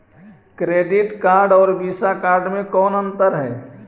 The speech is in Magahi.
क्रेडिट कार्ड और वीसा कार्ड मे कौन अन्तर है?